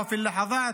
חברת הכנסת